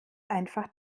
einfach